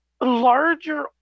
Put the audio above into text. larger